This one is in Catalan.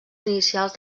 inicials